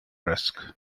risk